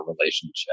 relationship